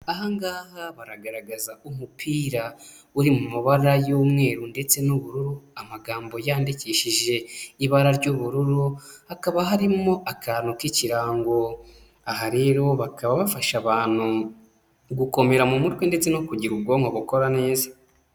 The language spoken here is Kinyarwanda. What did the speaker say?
Aha ngaha baragaragaza umupira uri mu mabara y'umweru ndetse n'ubururu, amagambo yandikishije ibara ry'ubururu, hakaba harimo akantu k'ikirango, aha rero bakaba bafasha abantu gukomera mu mutwe ndetse no kugira ubwonko bukora neza.